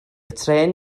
trên